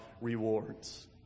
rewards